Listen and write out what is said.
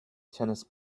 tennis